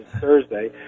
Thursday